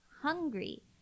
hungry